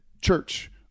church